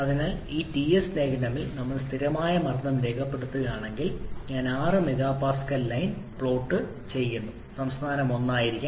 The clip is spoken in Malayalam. അതിനാൽ ഈ ടിഎസ് ഡയഗ്രാമിൽ ഞങ്ങൾ സ്ഥിരമായ മർദ്ദം രേഖപ്പെടുത്തുന്നുവെങ്കിൽ ഞാൻ 6 എംപിഎ ലൈൻ പ്ലോട്ട് ചെയ്യുന്നുവെന്ന് പറയട്ടെ നിങ്ങളുടെ പ്രാരംഭ അവസ്ഥ എവിടെയെങ്കിലും സംസ്ഥാനം 1 ആയിരിക്കാം